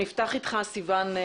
מצריכה איזה שהוא מתן מענה